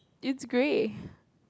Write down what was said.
it's grey